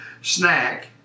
snack